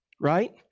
Right